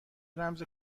رمز